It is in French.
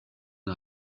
une